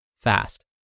fast